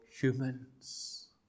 humans